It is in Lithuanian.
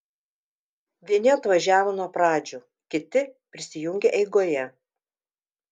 vieni atvažiavo nuo pradžių kiti prisijungė eigoje